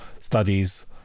Studies